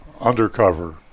undercover